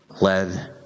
led